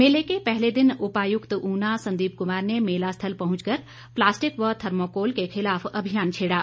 मेले के पहले दिन उपायुक्त ऊना संदीप कुमार ने मेला स्थल पहुँच कर प्लास्टिक व थर्मोकोल के खिलाफ अभियान छेड़ा